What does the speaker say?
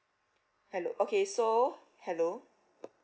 hello okay so hello